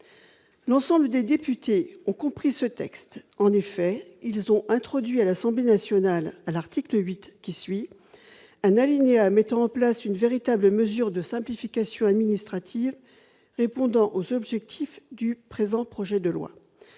l'ensemble des députés ont compris ce texte, en effet, ils ont introduit à l'Assemblée nationale à l'article 8 qui suit un alinéa, mettre en place une véritable mesure de simplification administrative, répondant aux objectifs du présent projet de loi